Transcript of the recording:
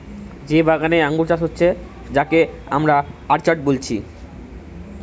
যে বাগানে আঙ্গুর চাষ হচ্ছে যাকে আমরা অর্চার্ড বলছি